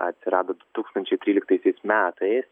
atsirado du tūkstančiai tryliktaisiais metais